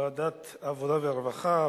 ועדת העבודה והרווחה,